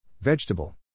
Vegetable